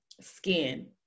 skin